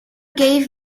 gave